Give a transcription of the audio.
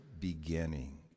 beginning